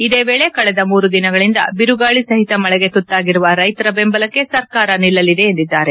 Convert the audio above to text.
ಇದೇ ವೇಳೆ ಕಳೆದ ಮೂರು ದಿನಗಳಿಂದ ಬಿರುಗಾಳಿ ಸಹಿತ ಮಳೆಗೆ ತುತ್ತಾಗಿರುವ ರೈತರ ಬೆಂಬಲಕ್ಕೆ ಸರ್ಕಾರ ನಿಲ್ಲಲಿದೆ ಎಂದಿದ್ದಾರೆ